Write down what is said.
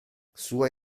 sua